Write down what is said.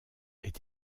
est